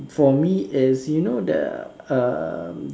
for me is you know the um